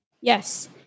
Yes